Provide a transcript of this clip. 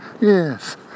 Yes